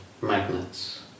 magnets